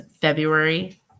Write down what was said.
February